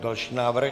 Další návrh?